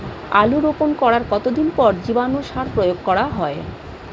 আলু রোপণ করার কতদিন পর জীবাণু সার প্রয়োগ করা হয়?